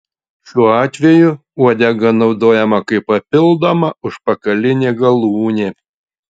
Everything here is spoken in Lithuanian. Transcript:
šiuo atveju uodega naudojama kaip papildoma užpakalinė galūnė